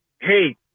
hey